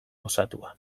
osatua